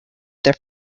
there